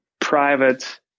private